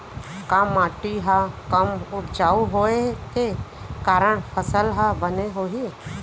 का माटी हा कम उपजाऊ होये के कारण फसल हा बने होही?